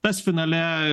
tas finale